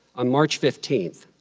on march fifteenth,